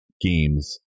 games